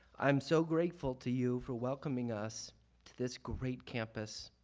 i'm so grateful to you for welcoming us to this great campus.